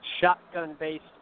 shotgun-based